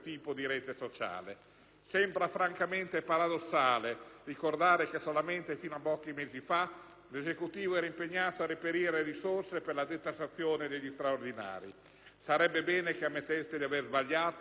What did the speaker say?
Sembra francamente paradossale ricordare che solamente fino a pochi mesi fa l'Esecutivo era impegnato a reperire risorse per la detassazione degli straordinari. Sarebbe bene che ammetteste di aver sbagliato ogni tipo di previsione.